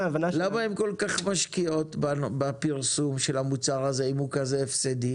למה הן כל כך משקיעות בפרסום של המוצר הזה אם הוא כזה הפסדי?